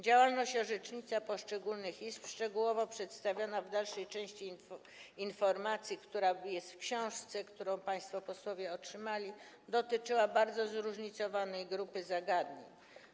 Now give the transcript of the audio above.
Działalność orzecznicza poszczególnych izb, szczegółowo przedstawiona w dalszej części informacji, która jest w książce, którą państwo posłowie otrzymali, dotyczyła bardzo zróżnicowanej grupy zagadnień.